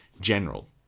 general